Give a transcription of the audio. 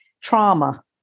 trauma